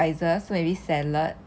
when they ask you to make a meal